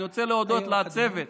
אני רוצה להודות לצוות